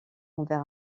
envers